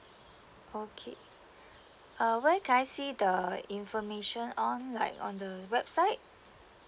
okay uh where can I see the information on like on the website